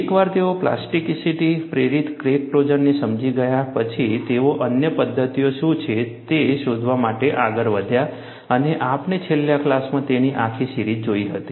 એકવાર તેઓ પ્લાસ્ટિસિટી પ્રેરિત ક્રેક ક્લોઝરને સમજી ગયા પછી તેઓ અન્ય પદ્ધતિઓ શું છે તે શોધવા માટે આગળ વધ્યા અને આપણે છેલ્લા ક્લાસમાં તેની આખી સિરીજ જોઈ હતી